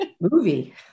movie